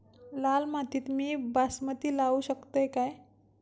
लाल मातीत मी बासमती लावू शकतय काय?